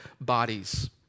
bodies